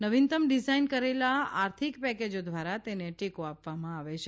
નવીનતમ ડિઝાઈન કરેલા આર્થિક પેકેજો દ્વારા તેને ટેકો આપવામાં આવે છે